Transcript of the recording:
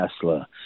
Tesla